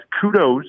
kudos